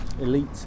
elite